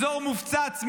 אזור מופצץ.